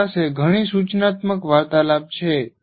તમારી પાસે ઘણી સૂચનાત્મક વાર્તાલાપ છે